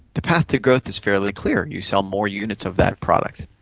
the path to growth is fairly clear you sell more units of that product.